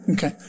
Okay